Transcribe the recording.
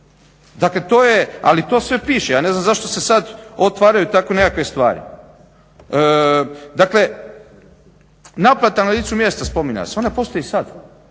prometa. Ali to sve piše. Ja ne znam zašto se sad otvaraju takve nekakve stvari. Dakle, naplata na licu mjesta spominjala se. Ona postoji i sad,